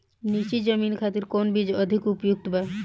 नीची जमीन खातिर कौन बीज अधिक उपयुक्त बा?